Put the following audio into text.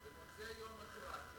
במוצאי יום השואה,